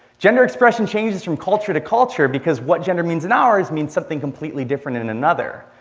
gender expression changes from culture to culture because what gender means in ours means something completely different in in another.